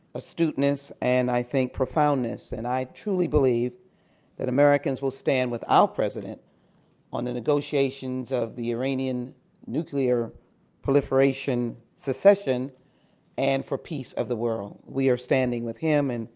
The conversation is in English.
astuteness and i think profoundness. and i truly believe americans will stand with our president on the negotiations of the iranian nuclear proliferation secession and for peace of the world. we are standing with him. and